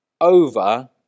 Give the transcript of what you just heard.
Over